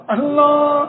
Allah